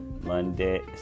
Monday